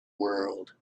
world